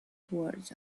towards